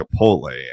Chipotle